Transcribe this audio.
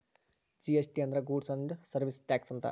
GST ಅಂದ್ರ goods and service tax ಅಂತ